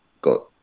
got